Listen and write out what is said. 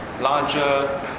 larger